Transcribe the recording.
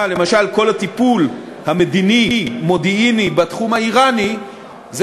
למשל כל הטיפול המדיני-מודיעיני בתחום האיראני הוא